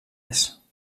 més